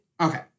Okay